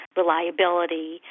reliability